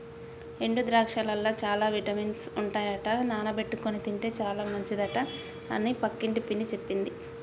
ఎండు ద్రాక్షలల్ల చాల రకాల విటమిన్స్ ఉంటాయట నానబెట్టుకొని తింటే చాల మంచిదట అని పక్కింటి పిన్ని చెప్పింది